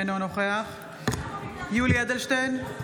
אינו נוכח יולי יואל אדלשטיין,